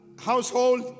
household